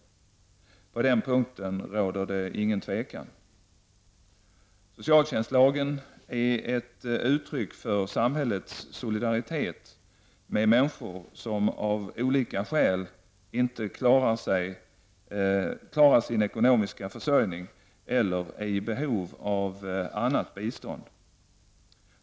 På den punkten råder det ingen tvekan. Socialtjänstlagen är ett uttryck för samhällets solidaritet med människor som av olika skäl inte klarar sin ekonomiska försörjning eller är i behov av annat bistånd.